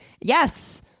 yes